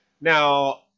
Now